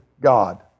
God